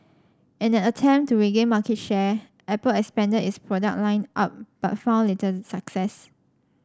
in an attempt to regain market share Apple expanded its product line up but found little success